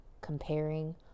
comparing